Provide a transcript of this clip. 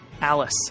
Alice